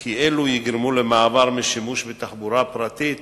כי אלה יגרמו למעבר משימוש בתחבורה פרטית